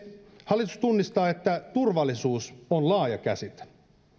hallitus tunnistaa että turvallisuus on laaja käsite hallitus